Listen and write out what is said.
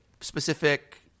specific